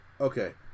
Okay